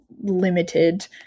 limited